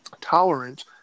tolerant